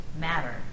matter